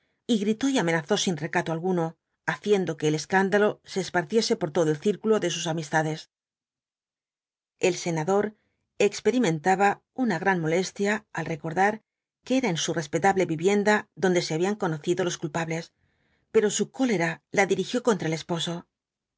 y gritó y amenazó sin recato alguno haciendo que el escándalo se esparciese por todo el círculo de sus amistades el senador experimentaba una gran molestia al recordar que era en su respetable vivienda donde se habían conocido los culpables pero su cólera la dirigió contra el esposo